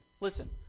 Listen